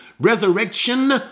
resurrection